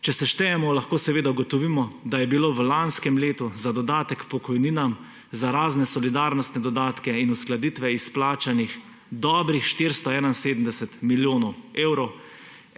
Če seštejemo, lahko seveda ugotovimo, da je bilo v lanskem letu za dodatek k pokojninam, za razne solidarnostne dodatke in uskladitve izplačanih dobrih 471 milijonov evrov.